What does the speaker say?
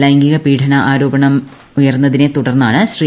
ലൈംഗീക പീഡന ആരോപണ മുയർന്നതിനെ തുടർന്നാണ് ശ്രീ